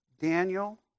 Daniel